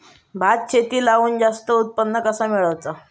भात शेती लावण जास्त उत्पन्न कसा मेळवचा?